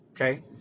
Okay